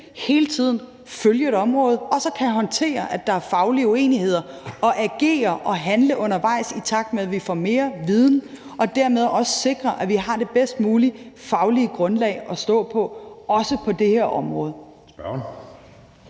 hele tiden at følge et område, og at vi så kan håndtere, at der er faglige uenigheder, og agere og handle undervejs, i takt med at vi får mere viden, og dermed også sikre, at vi har det bedst mulige faglige grundlag at stå på, også på det her område.